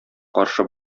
каршы